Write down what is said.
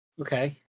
Okay